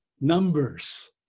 numbers